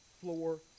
floor